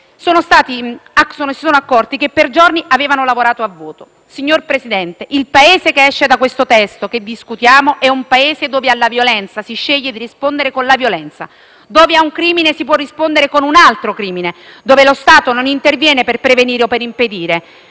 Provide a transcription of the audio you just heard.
sono accorti che per giorni avevano lavorato a vuoto. Signor Presidente, il Paese che esce dal testo che discutiamo è un Paese dove alla violenza si sceglie di rispondere con la violenza, dove a un crimine si può rispondere con un altro crimine, dove lo Stato non interviene per prevenire o impedire,